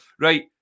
Right